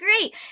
great